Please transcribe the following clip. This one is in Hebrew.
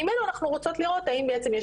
ממנו אנחנו רוצות לראות האם בעצם יש